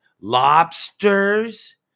lobsters